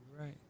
right